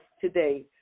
today